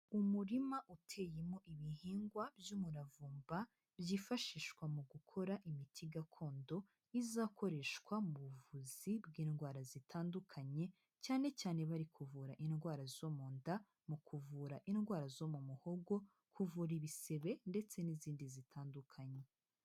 Umurima uteyemo ibihingwa by'umuravumba byifashishwa mu gukora imiti gakondo, izakoreshwa mu buvuzi bw'indwara zitandukanye cyane cyane bari kuvura indwara zo mu nda, mu kuvura indwara zo mu muhogo, kuvura ibisebe ndetse n'izindi zitandukanye.